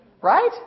right